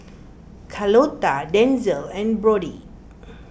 Carlota Denzil and Brody